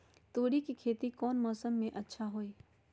तोड़ी के खेती कौन मौसम में अच्छा होई?